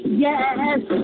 yes